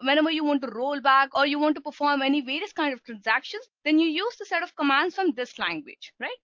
whenever you want to but roll back or you want to perform any various kind of transactions, then you use the set of commands from this language, right?